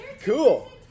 Cool